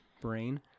brain